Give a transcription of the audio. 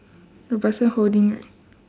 the person holding right